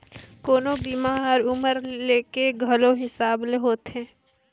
कोनो बीमा हर उमर के घलो हिसाब ले होथे